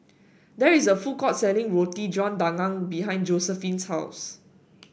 there is a food court selling Roti John Daging behind Josephine's house